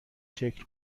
شکل